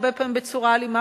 הרבה פעמים בצורה אלימה,